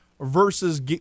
versus